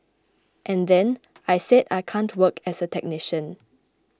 and then I said I can't work as a technician